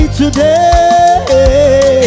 today